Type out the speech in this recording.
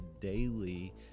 daily